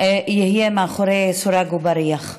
יהיה מאחורי סורג ובריח.